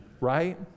right